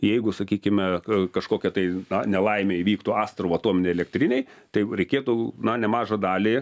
jeigu sakykime kažkokia tai na nelaimė įvyktų astravo atominėj elektrinėj tai jau reikėtų na nemažą dalį